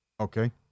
Okay